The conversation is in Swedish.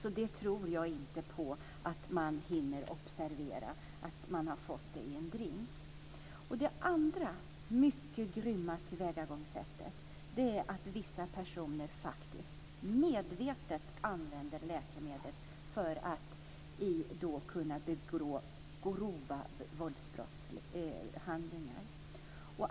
Jag tror inte på att man hinner observera att man har fått Det andra mycket grymma tillvägagångssättet är att vissa personer medvetet använder läkemedlet för att kunna begå grova våldshandlingar.